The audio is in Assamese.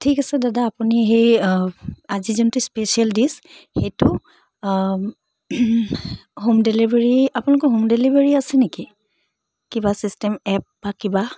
ঠিক আছে দাদা আপুনি সেই আজি যোনটো স্পেচিয়েল ডিছ সেইটো হোম ডেলিভাৰী আপোনালোকৰ হোম ডেলিভাৰী আছে নেকি কিবা ছিষ্টেম এপ বা কিবা